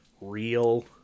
real